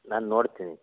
ನಾನು ನೋಡ್ತೀನಿ